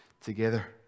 together